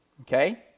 okay